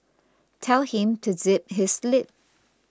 tell him to zip his lip